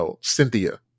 Cynthia